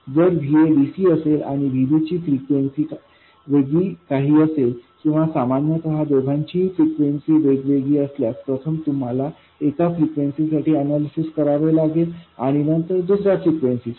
जर Va dc असेल आणि Vbची फ्रिक्वेन्सी वेगळी काही असेल किंवा सामान्यतः दोघांचीही फ्रिक्वेन्सी वेगवेगळी असल्यास प्रथम तुम्हाला एका फ्रिक्वेन्सीसाठी अनैलिसिस करावे लागेल आणि नंतर दुसर्या फ्रिक्वेन्सीसाठी